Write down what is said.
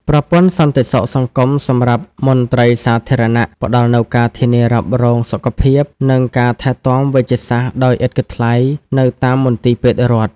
ប្រព័ន្ធសន្តិសុខសង្គមសម្រាប់មន្ត្រីសាធារណៈ ផ្តល់នូវការធានារ៉ាប់រងសុខភាព និងការថែទាំវេជ្ជសាស្ត្រដោយឥតគិតថ្លៃនៅតាមមន្ទីរពេទ្យរដ្ឋ។